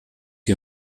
die